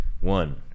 One